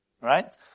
Right